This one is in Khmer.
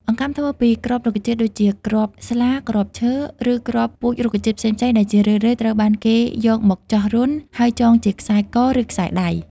អង្កាំធ្វើពីគ្រាប់រុក្ខជាតិ ដូចជាគ្រាប់ស្លា គ្រាប់ឈើ ឬគ្រាប់ពូជរុក្ខជាតិផ្សេងៗ ដែលជារឿយៗត្រូវបានគេយកមកចោះរន្ធ ហើយចងជាខ្សែក ឬខ្សែដៃ។